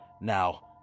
Now